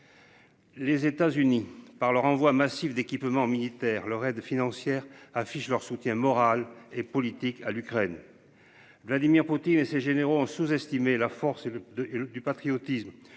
Les États-Unis par leur envoi massif d'équipements militaires leur aide financière affichent leur soutien moral et politique à l'Ukraine. Vladimir Poutine et ses généraux ont sous-estimé la force et le du patriotisme